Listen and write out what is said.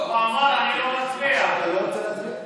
הוא אמר: אני לא רוצה להצביע.